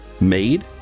made